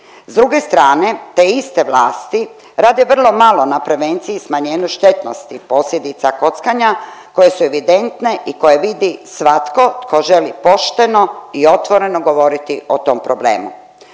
S druge strane te iste vlasti rade vrlo malo na prevenciji i smanjenju štetnosti posljedica kockanja koje su evidentne i koje vidi svatko tko želi pošteno i otvoreno govoriti o tom problemu.